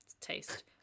taste